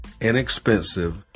inexpensive